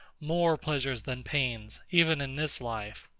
more pleasures than pains, even in this life.